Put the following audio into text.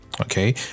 okay